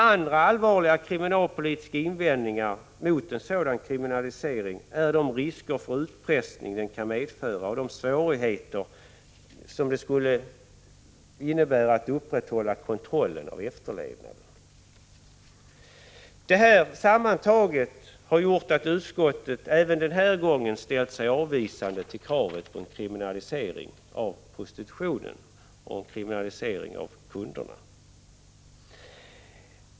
Andra allvarliga kriminalpolitiska invändningar mot en sådan kriminalisering är risken för utpressning och svårigheter att upprätthålla kontrollen och lagefterlevnaden. Sammantaget har detta lett till att utskottet även denna gång har ställt sig avvisande till kravet på en kriminalisering av prostitutionen och av kunderna.